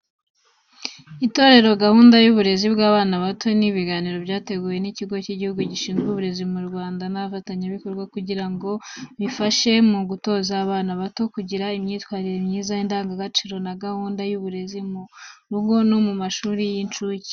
Itetero gahunda y’uburezi bw’abana bato, ni ibiganiro byateguwe n’ikigo cy’igihugu gishinzwe uburezi mu Rwanda n’abafatanyabikorwa kugira ngo bifashe mu gutoza abana bato, kugira imyitwarire myiza, indangagaciro na gahunda y’uburezi bwo mu rugo no mu mashuri y’incuke.